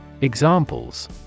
Examples